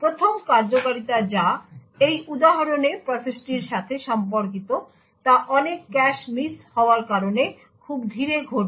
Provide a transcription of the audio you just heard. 1ম কার্যকারিতা যা এই উদাহরণে প্রসেসটির সাথে সম্পর্কিত তা অনেক ক্যাশ মিস হওয়ার কারণে খুব ধীরে ঘটবে